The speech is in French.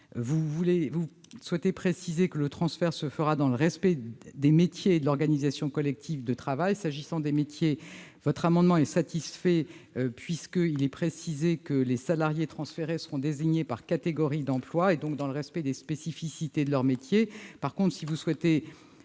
vous souhaitez préciser que le transfert se fera dans le respect des métiers et de l'organisation collective de travail. S'agissant des métiers, cet amendement est satisfait, puisqu'il est précisé dans le texte que les salariés transférés seront désignés par catégories d'emploi, et donc dans le respect des spécificités de leur métier. En revanche, si vous souhaitez